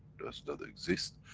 does not exist,